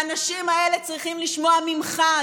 האנשים האלה צריכים לשמוע ממך,